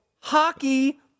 hockey